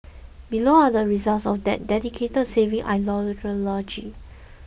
below are the results of that dedicated saving ideology